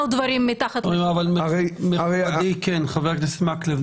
חבר הכנסת מקלב,